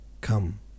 come